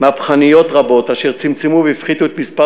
מהפכניות רבות אשר צמצמו והפחיתו את מספר